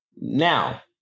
Now